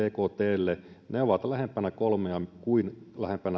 bktlle ovat lähempänä kolmea kuin